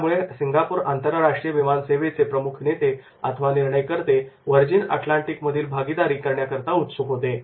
त्यामुळे सिंगापूर आंतरराष्ट्रीय विमानसेवेचे प्रमुख नेते अथवा निर्णय करते व्हर्जिन अटलांटिक मधील भागीदारी करण्याकरिता उत्सुक होते